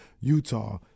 Utah